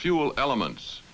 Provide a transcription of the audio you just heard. fuel elements